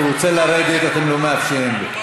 הוא רוצה לרדת, אתם לא מאפשרים לו.